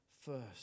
first